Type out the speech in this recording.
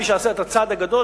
מי שעשה את הצעד הגדול,